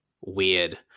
weird